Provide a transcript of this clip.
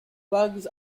bugs